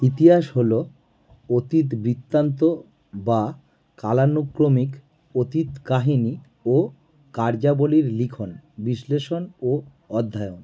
ইতিহাস হলো অতীত বৃত্তান্ত বা কালানুক্রমিক অতীত কাহিনি ও কার্যাবলির লিখন বিশ্লেষণ ও অধ্যায়ন